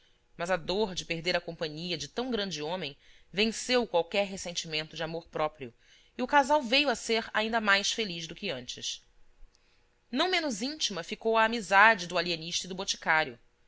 mas a dor de perder a companhia de tão grande homem venceu qualquer ressentimento de amor-próprio e o casal veio a ser ainda mais feliz do que antes não menos íntima ficou a amizade do alienista e do boticário